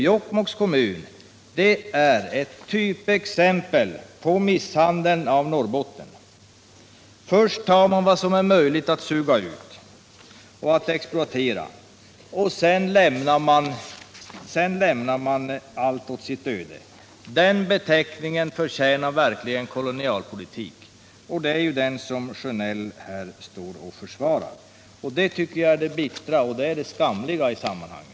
Jokkmokks kommun är ett typexempel på misshandeln av Norrbotten: först tar man vad som är möjligt att suga ut och exploatera, och sedan lämnar man allt åt sitt öde. Det handlingssättet förtjänar verkligen beteckningen kolonialpolitik, och det står Sjönell och försvarar här. Det är det bittra och skamliga i sammanhanget.